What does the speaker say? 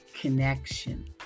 connection